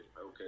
okay